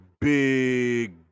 big